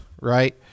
right